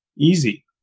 Easy